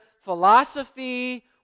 philosophy